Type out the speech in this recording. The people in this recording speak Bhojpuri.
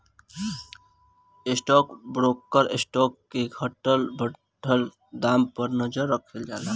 स्टॉक ब्रोकर स्टॉक के घटत बढ़त दाम पर नजर राखेलन